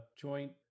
joint